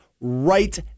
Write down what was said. right